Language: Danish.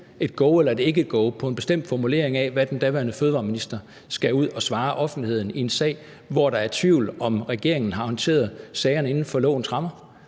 et go eller et ikkego på en bestemt formulering af, hvad den daværende fødevareminister skal ud at svare offentligheden i en sag, hvor der er tvivl om, om regeringen har håndteret sagerne inden for lovens rammer?